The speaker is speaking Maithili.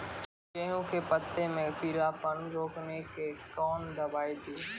गेहूँ के पत्तों मे पीलापन रोकने के कौन दवाई दी?